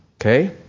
Okay